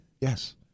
yes